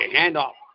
handoff